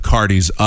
Cardi's